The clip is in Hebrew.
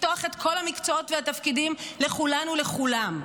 לפתוח את כל המקצועות והתפקידים לכולן ולכולם,